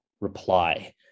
reply